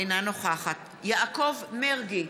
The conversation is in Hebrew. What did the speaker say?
אינה נוכחת יעקב מרגי,